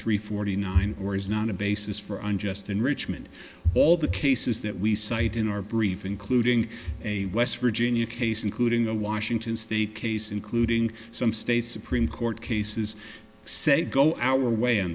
three forty nine or is not a basis for unjust enrichment all the cases that we cite in our brief including a west virginia case including a washington state case including some state supreme court cases said go our way on